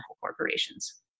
corporations